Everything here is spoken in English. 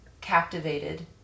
captivated